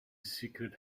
secret